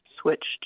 switched